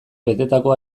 betetako